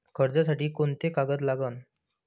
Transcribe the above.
कर्जसाठी कोंते कागद लागन?